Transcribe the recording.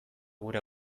gure